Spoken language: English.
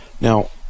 Now